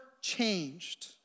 changed